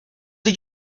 did